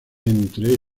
entre